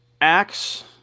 axe